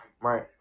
right